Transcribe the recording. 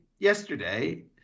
yesterday